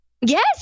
yes